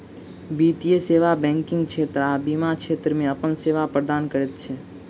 वित्तीय सेवा बैंकिग क्षेत्र आ बीमा क्षेत्र मे अपन सेवा प्रदान करैत छै